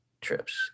trips